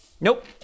Nope